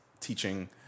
teaching